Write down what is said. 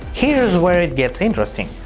here's where it gets interesting.